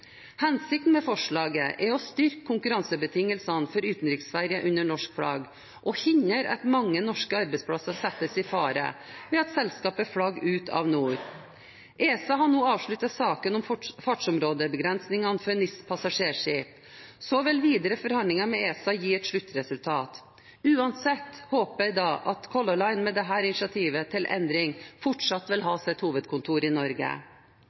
Hensikten med forslaget er å styrke konkurransebetingelsene for utenriksferger under norsk flagg og hindre at mange norske arbeidsplasser settes i fare ved at selskapet flagger ut av NOR, Norsk ordinært skipsregister. ESA har nå avsluttet saken om fartsområdebegrensningene for NIS-passasjerskip, så vil videre forhandlinger med ESA gi et sluttresultat. Uansett håper jeg da at Color Line med dette initiativet til endring fortsatt vil ha sitt hovedkontor i Norge.